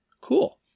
Cool